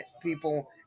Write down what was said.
people